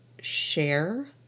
share